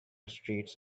streets